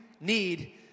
need